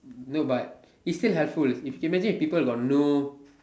no but it's still helpful imagine people got no